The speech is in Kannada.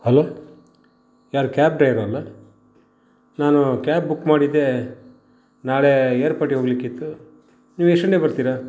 ಹಲೋ ಯಾರು ಕ್ಯಾಬ್ ಡ್ರೈವರ್ ಅಲ್ಲಾ ನಾನು ಕ್ಯಾಬ್ ಬುಕ್ ಮಾಡಿದ್ದೆ ನಾಳೆ ಏರ್ಪೋರ್ಟಿಗೆ ಹೋಗಲಿಕ್ಕಿತ್ತು ನೀವು ಎಷ್ಟು ಗಂಟೆಗೆ ಬರ್ತಿರಾ